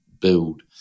build